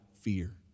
fear